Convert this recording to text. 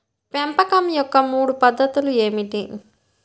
పెంపకం యొక్క మూడు పద్ధతులు ఏమిటీ?